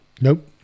Nope